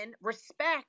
respect